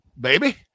baby